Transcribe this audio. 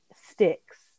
sticks